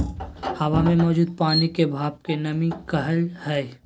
हवा मे मौजूद पानी के भाप के नमी कहय हय